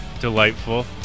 Delightful